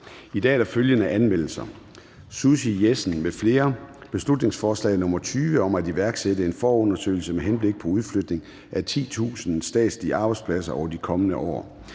I dag er der følgende anmeldelser: Susie Jessen (DD) m.fl.: Beslutningsforslag nr. B 20 (Forslag til folketingsbeslutning om at iværksætte en forundersøgelse med henblik på udflytning af 10.000 statslige arbejdspladser over de kommende år).